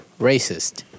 racist